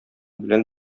белән